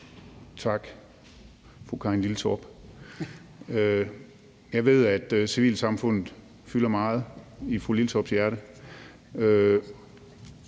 Tak, fru Karin Liltorp. Jeg ved, at civilsamfundet fylder meget i fru Karin Liltorps hjerte,